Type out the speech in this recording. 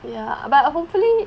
ya but uh hopefully